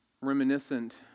reminiscent